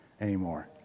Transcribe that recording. anymore